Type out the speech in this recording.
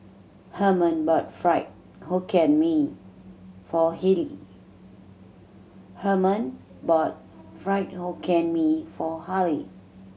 Herman bought Fried Hokkien Mee for Harley